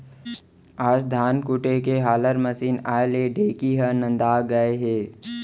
आज धान कूटे के हालर मसीन आए ले ढेंकी ह नंदा गए हे